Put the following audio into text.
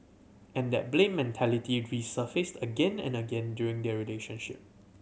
and that blame mentality resurfaced again and again during their relationship